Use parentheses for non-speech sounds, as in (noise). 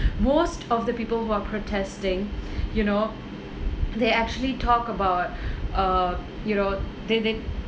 most of the people who are protesting (breath) you know (noise) they actually talk about (breath) uh you know they they